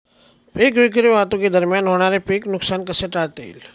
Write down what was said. पीक विक्री वाहतुकीदरम्यान होणारे पीक नुकसान कसे टाळता येईल?